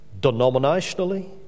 denominationally